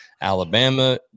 Alabama